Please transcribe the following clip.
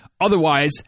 otherwise